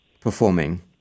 performing